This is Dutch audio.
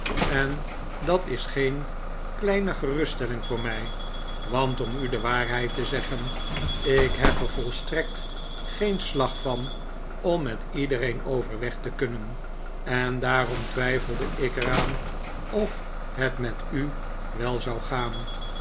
en dat is geen kleine geruststelling voor mij want om u de waarheid te zeggen ik heb er volstrekt geen slag van om met iedereen overweg te kunnen en daarom twijfelde ik er aan of het met u wel zou gaan